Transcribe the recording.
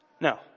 No